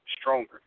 stronger